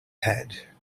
head